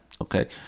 okay